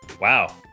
Wow